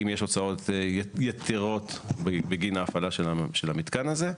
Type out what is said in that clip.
אם יש הוצאות יתרות בגין ההפעלה של המתקן הזה.